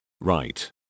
Right